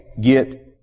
get